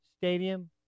Stadium